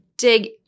dig